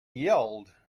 yelled